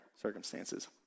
circumstances